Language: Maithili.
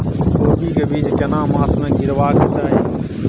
कोबी के बीज केना मास में गीरावक चाही?